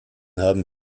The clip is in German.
haben